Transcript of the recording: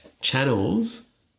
channels